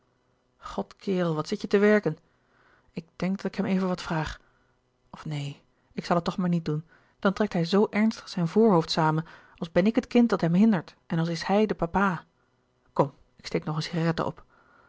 god kerel wat zit je te werken ik denk dat ik hem even wat vraag of neen ik zal het toch maar niet doen dan trekt hij zoo ernstig zijn voorhoofd samen als ben ik het kind dat hem hindert en als is hij de papa kom ik steek nog een cigarette op